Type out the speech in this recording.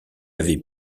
avait